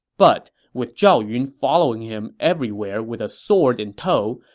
but with zhao yun following him everywhere with a sword in tow,